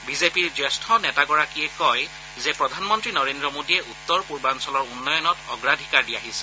বিজেপিৰ জ্যেষ্ঠ নেতাগৰাকীয়ে কয় যে প্ৰধানমন্ত্ৰী নৰেন্দ্ৰ মোডীয়ে উত্তৰ পূৰ্বাঞ্চলৰ উন্নয়নত অগ্ৰাধিকাৰ দি আহিছে